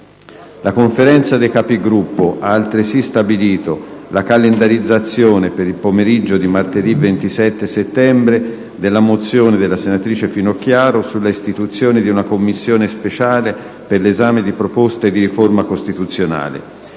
La Conferenza dei Capigruppo ha altresì stabilito la calendarizzazione per il pomeriggio di martedì 27 settembre della mozione Finocchiaro sull'istituzione di una Commissione speciale per l'esame di proposte di riforma costituzionale.